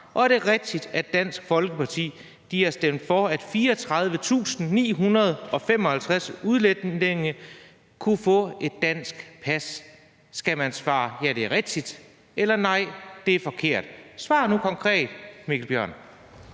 Og er det rigtigt, at Dansk Folkeparti har stemt for, at 34.955 udlændinge kunne få et dansk pas? Skal man svare: ja, det er rigtigt, eller nej, det er forkert? Svar nu konkret, Mikkel Bjørn.